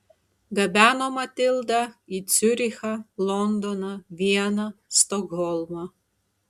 gabeno matildą į ciurichą londoną vieną stokholmą